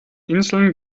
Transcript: inseln